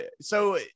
So-